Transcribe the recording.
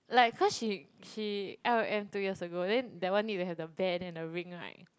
like cause she she r_o_m two years ago then that one need to have the band and the ring like